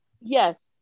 Yes